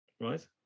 Right